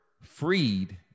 freed